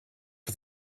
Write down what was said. for